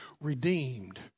redeemed